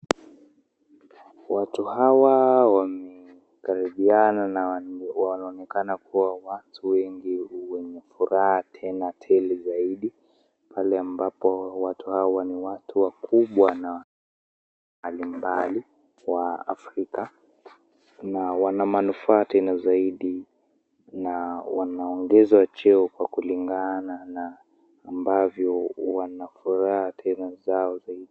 Watu hawa wanakaribiana na wanaoneka kuwa watu wengi kuwa na furaha tena tele zaidi, pale ambapo watu hawa ni watu wakubwa na mbalimbali kwa Afrika. Kuna manufaa tena zaidi na wanaongezwa cheo kwa kulingana na ambavyo huwa na furaha tena zao zaidi.